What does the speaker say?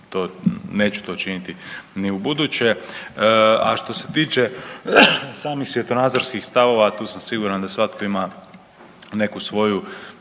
neću to činiti ni u buduće. A što se tiče samih svjetonazorskih stavova tu sam siguran da svatko ima neku svoju,